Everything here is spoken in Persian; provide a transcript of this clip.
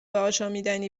آشامیدنی